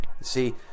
See